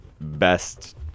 best